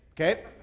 okay